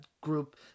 group